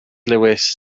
lewis